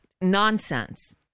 nonsense